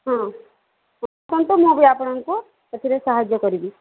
ହଁ ହଁ କୁହନ୍ତୁ ମୁଁ ବି ଆପଣଙ୍କୁ ସେଥିରେ ସାହାଯ୍ୟ କରିବି